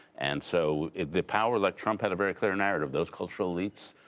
and so the power like, trump had a very clear narrative. those cultural elites,